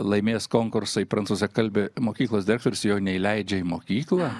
laimės konkursai prancūzakalbės mokyklos direktorius jau neįleidžia į mokyklą